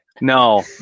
No